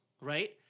Right